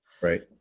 Right